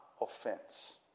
offense